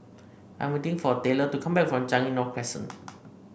I'm waiting for Taylor to come back from Changi North Crescent